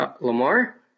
Lamar